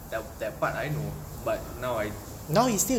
ya that part I know but now I